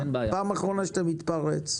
פעם אחרונה שאתה מתפרץ.